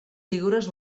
figures